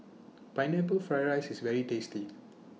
Pineapple Fried Rice IS very tasty